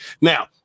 Now